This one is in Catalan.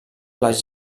les